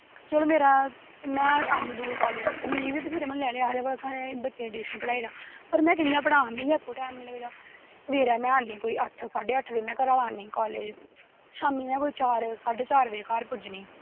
चलो में आनी दूर कालेज ते मिगी बी बत्थेरे म्हल्लै आह्ले आखदे कि साढ़े बच्चें गी टयूशन पढ़ाई ओड़ पर में कि'यां पढ़ांऽ मिगी आपै टैम निं लगदा सवेरै में अट्ठ साड्डे अट्ठ बज़े आनी कालेज शामीं में कोई चार साड्डे चार बज़े घर पुज्जनी